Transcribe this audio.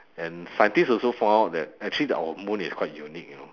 and scientists also found out that actually that our moon is quite unique you know